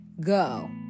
go